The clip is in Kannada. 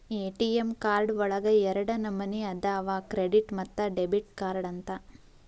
ಎ.ಟಿ.ಎಂ ಕಾರ್ಡ್ ಒಳಗ ಎರಡ ನಮನಿ ಅದಾವ ಕ್ರೆಡಿಟ್ ಮತ್ತ ಡೆಬಿಟ್ ಕಾರ್ಡ್ ಅಂತ